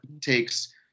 takes